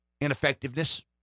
ineffectiveness